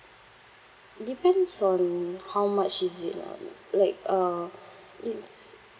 depends on how much is it lah mm like uh it's